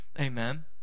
Amen